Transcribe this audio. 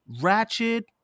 Ratchet